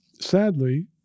sadly